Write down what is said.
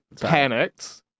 Panicked